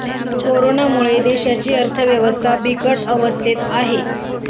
कोरोनामुळे देशाची अर्थव्यवस्था बिकट अवस्थेत आहे